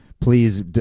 Please